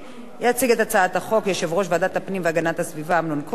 יציג את הצעת החוק יושב-ראש ועדת הפנים והגנת הסביבה אמנון כהן.